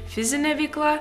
fizinė veikla